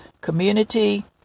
community